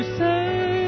say